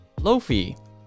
Lofi